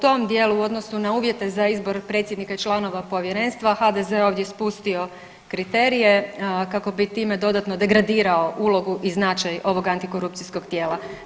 I u tom dijelu u odnosu na uvjete za izbor predsjednika i članova povjerenstva HDZ je ovdje spustio kriterije kako bi time dodatno degradirao ulogu i značaj ovog antikorupcijskog tijela.